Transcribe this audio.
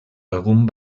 algun